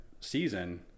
season